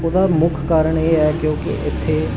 ਉਹਦਾ ਮੁੱਖ ਕਾਰਨ ਇਹ ਹੈ ਕਿਉਂਕਿ ਇੱਥੇ